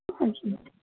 اچھا